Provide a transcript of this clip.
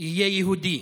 יהיה יהודי,